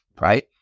right